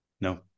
No